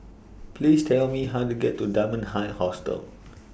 Please Tell Me How to get to Dunman High Hostel